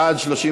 בעד,